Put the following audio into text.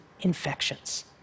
infections